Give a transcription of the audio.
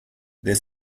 there